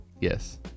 Yes